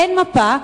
אין מפה,